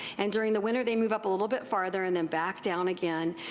and during the winter they move up a little bit farther and then back down again.